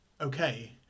okay